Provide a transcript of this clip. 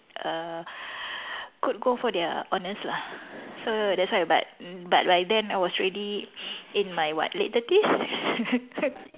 err could go for their honours lah so that's why but n~ but by then I was already in my what late thirties